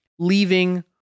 leaving